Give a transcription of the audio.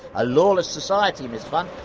a lawless society, miss funn.